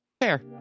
fair